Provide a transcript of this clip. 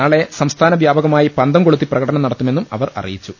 നാളെ സംസ്ഥാന വ്യാപകമായി പന്തംകൊളുത്തി പ്രകടനം നടത്തുമെന്നും അവർ അറിയിച്ചു